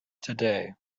today